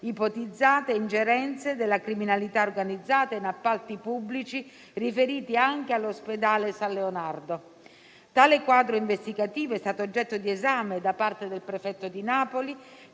ipotizzate ingerenze della criminalità organizzata in appalti pubblici riferiti anche all'ospedale San Leonardo. Tale quadro investigativo è stato oggetto di esame da parte del prefetto di Napoli,